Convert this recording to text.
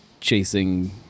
chasing